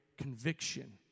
conviction